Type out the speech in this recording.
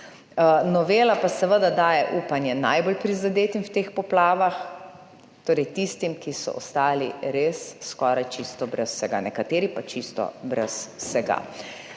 Novela pa seveda daje upanje najbolj prizadetim v teh poplavah, torej tistim, ki so ostali res skoraj čisto brez vsega, nekateri pa čisto brez vsega.